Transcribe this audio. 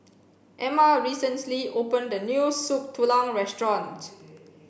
Ama recently opened a new Soup Tulang Restaurant